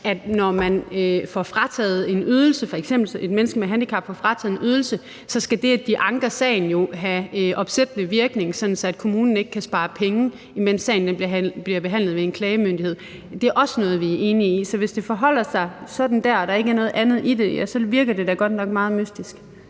at når f.eks. et menneske med handicap får frataget en ydelse, skal det, at de anker sagen have opsættende virkning, sådan at kommunen ikke kan spare penge, imens sagen bliver behandlet ved en klageinstans. Det er også noget, vi er enige i. Så hvis det forholder sådan der og der ikke er noget andet i det, ja, så virker det da godt nok meget mystisk.